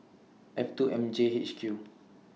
F two M J H Q